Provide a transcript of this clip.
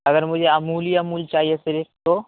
اگر مجھے امول ہی امول ہی چاہیے صرف تو